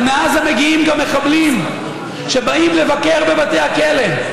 אבל מעזה מגיעים גם מחבלים שבאים לבקר בבתי הכלא.